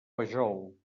vajol